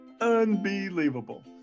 Unbelievable